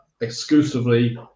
exclusively